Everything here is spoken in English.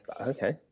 Okay